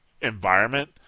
environment